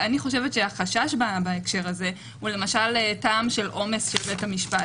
אני חושבת שהחשש בהקשר הזה הוא למשל טעם של עומס של בית המשפט.